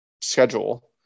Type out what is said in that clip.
schedule